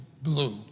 blue